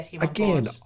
again